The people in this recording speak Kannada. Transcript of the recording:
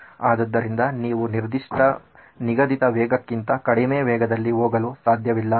ಆದ್ದರಿಂದ ನೀವು ನಿರ್ದಿಷ್ಟ ನಿಗದಿತ ವೇಗಕ್ಕಿಂತ ಕಡಿಮೆ ವೇಗದಲ್ಲಿ ಹೋಗಲು ಸಾಧ್ಯವಿಲ್ಲ ಎಂದು